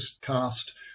cast